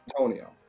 Antonio